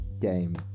game